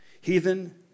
heathen